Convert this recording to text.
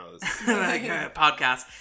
podcast